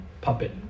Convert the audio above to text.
puppet